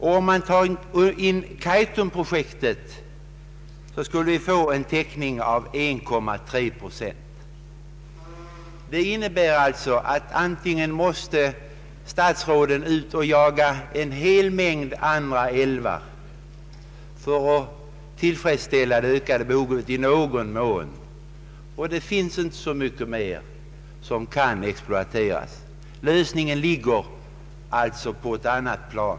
Tar man med Kaitumprojektet blir det en täckning av 1,3 procent. Då måste statsrådet ut och jaga en hel mängd andra älvar för att i någon mån tillfredsställa behovet, men det finns inte så mycket mera som kan exploateras. Lösningen ligger alltså på ett annat plan.